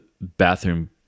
bathroom